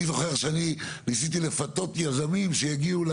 אני זוכר שאני ניסיתי לפתות יזמים שיגיעו ל